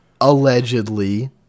allegedly